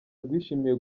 rwishimiye